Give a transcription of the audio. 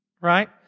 Right